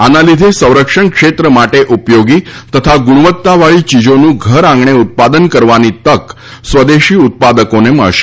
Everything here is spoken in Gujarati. આના લીધે સંરક્ષણ ક્ષેત્ર માટે ઉપયોગી તથા ગુણવત્તાવાળી ચીજોનું ઘરઆંગણે ઉત્પાદન કરવાની તક સ્વદેશી ઉત્પાદકોને મળશે